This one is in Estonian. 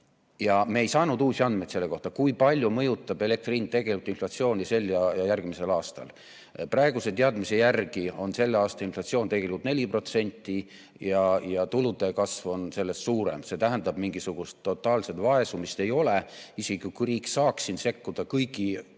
Me ei saanud uusi andmeid selle kohta, kui palju mõjutab elektri hind tegelikult inflatsiooni sel ja järgmisel aastal. Praeguse teadmise järgi on selle aasta inflatsioon tegelikult 4% ja tulude kasv on sellest suurem, see tähendab, et mingisugust totaalset vaesumist ei ole. Isegi kui riik saaks siin sekkuda, kõigi jaoks